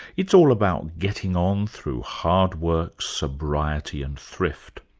it's all about getting on through hard work, sobriety and thrift.